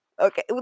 Okay